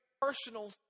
personal